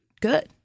good